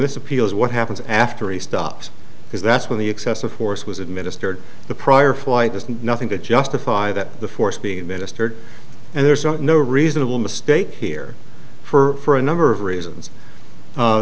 this appeal is what happens after he stops because that's when the excessive force was administered the prior flight has nothing to justify that the force being administered and there's no reasonable mistake here for a number of reasons